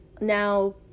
now